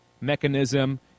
mechanism